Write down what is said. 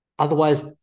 Otherwise